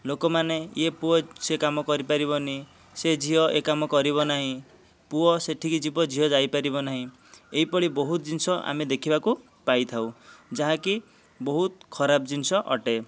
ଲୋକମାନେ ଏହି ପୁଅ ସେ କାମ କରିପାରିବନି ସେ ଝିଅ ଏ କାମ କରିବ ନାହିଁ ପୁଅ ସେଠିକି ଯିବ ଝିଅ ଯାଇପାରିବ ନାହିଁ ଏହି ଭଳି ବହୁତ ଜିନିଷ ଆମେ ଦେଖିବାକୁ ପାଇଥାଉ ଯାହାକି ବହୁତ ଖରାପ ଜିନିଷ ଅଟେ